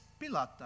Pilata